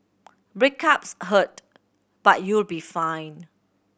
breakups hurt but you'll be fine